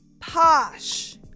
posh